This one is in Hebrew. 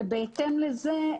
ובהתאם לזה,